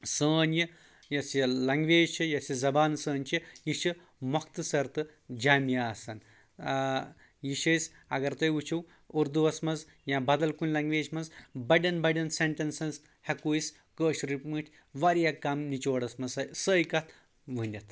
سٲنۍ یہِ یۄس یہِ لنٛگوَیج چھِ یۄس یہِ زبان سٲنۍ چھِ یہِ چھِ مختَصر تہٕ جامِعَہ آسان یہِ چھِ أسۍ اَگر تُہۍ وُچِھو اُردُووَس منٛز یا بَدل کُنہِ لَنٛگوَیج منٛز بَڑؠن بَڑؠن سِینٛٹِٮ۪نٕس ہؠکَو أسۍ کٲشرِ پٲٹھۍ واریاہ کم نِچُوڑَس منٛز سٲے کتَھ ؤنِتھ